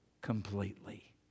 completely